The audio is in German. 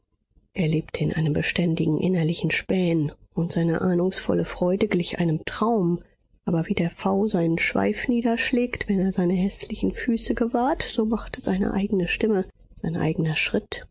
er lebte in einem beständigen innerlichen spähen und seine ahnungsvolle freude glich einem traum aber wie der pfau seinen schweif niederschlägt wenn er seine häßlichen füße gewahrt so machte seine eigne stimme sein eigner schritt